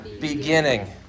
beginning